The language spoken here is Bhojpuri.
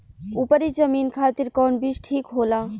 उपरी जमीन खातिर कौन बीज ठीक होला?